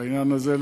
בעניין הזה,